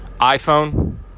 iPhone